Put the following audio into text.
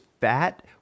fat